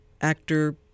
actor